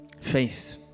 faith